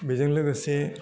बेजों लोगोसे